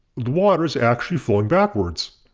the water is actually flowing backwards!